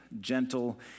gentle